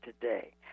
today